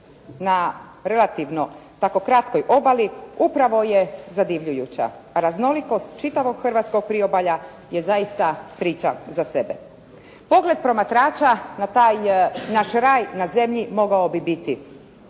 na relativno tako kratkoj obali, upravo je zadivljujuća, raznolikost čitavog hrvatskog priobalja je zaista priča za sebe. Pogled promatrača na taj naš raj na zemlji mogao bi biti